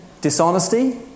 dishonesty